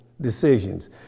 decisions